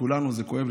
לכולנו זה כואב,